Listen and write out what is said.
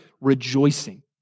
rejoicing